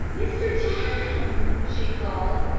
mr. jaggs! she called.